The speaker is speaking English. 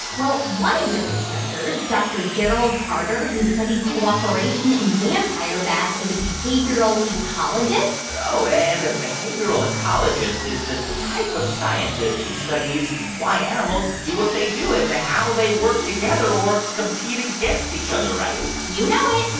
well, one of the researchers, dr. gerald carter, who studies cooperation in vampire bats, is a behavioral ecologist oh, and a behavioral ecologist is the type of scientist who studies why animals do what they do and how they work together or compete against each other, right? you know it.